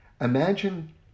imagine